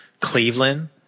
Cleveland